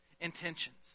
intentions